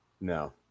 No